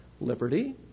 Liberty